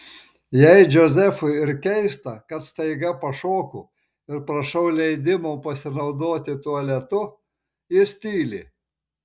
jei džozefui ir keista kad staiga pašoku ir prašau leidimo pasinaudoti tualetu jis tyli